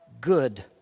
good